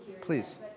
Please